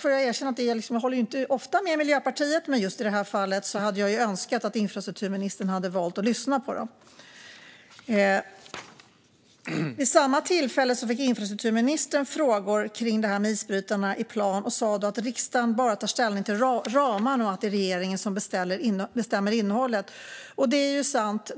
får erkänna att det inte är ofta jag håller med Miljöpartiet, men just i det här fallet hade jag önskat att infrastrukturministern valt att lyssna på dem. Vid samma tillfälle fick infrastrukturministern frågor kring detta med isbrytarna i plan. Då sa han att riksdagen bara tar ställning till ramarna och att det är regeringen som bestämmer innehållet. Det är sant.